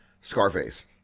Scarface